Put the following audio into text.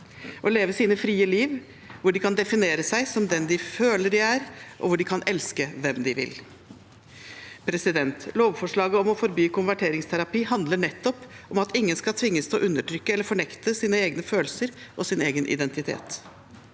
og leve et fritt liv hvor de kan definere seg som den de føler de er, og hvor de kan elske hvem de vil. Lovforslaget om å forby konverteringsterapi handler nettopp om at ingen skal tvinges til å undertrykke eller fornekte sine egne følelser og sin egen identitet.